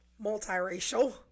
multiracial